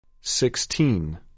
sixteen